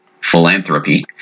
philanthropy